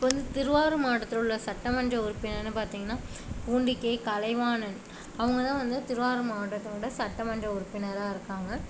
இப்போ வந்து திருவாரூர் மாவட்டத்தில் உள்ள சட்டமன்ற உறுப்பினர்ன்னு பார்த்திங்கனா பூண்டி கே கலைவாணன் அவங்கதான் வந்து திருவாரூர் மாவட்டத்தோட சட்டமன்ற உறுப்பினராக இருக்காங்க